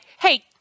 hey